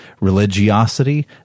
Religiosity